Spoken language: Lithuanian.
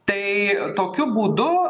tai tokiu būdu